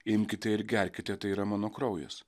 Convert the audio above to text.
imkite ir gerkite tai yra mano kraujas